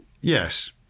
Yes